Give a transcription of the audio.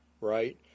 right